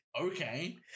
okay